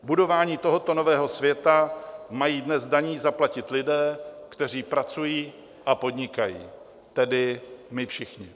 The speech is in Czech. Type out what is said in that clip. Budování tohoto nového světa mají dnes z daní zaplatit lidé, kteří pracují a podnikají, tedy my všichni.